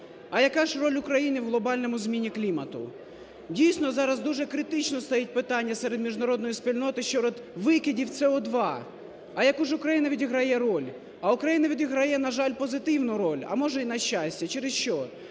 А яка ж роль України в глобальному зміні клімату? Дійсно, зараз дуже критично стоїть питання серед міжнародної спільноти щодо викидів СО2. А яку ж України відіграє роль? А Україна відіграє, на жаль, позитивну роль, а може і на щастя. Через що?